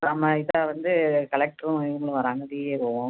நம்ப இதை வந்து கலெக்டரும் இவங்களும் வராங்க வீஏஓவும்